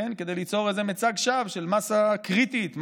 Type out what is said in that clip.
כדי ליצור איזה מצג שווא של מאסה קריטית,